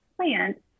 plants